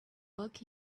book